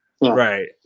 Right